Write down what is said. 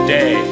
Day